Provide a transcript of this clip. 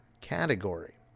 category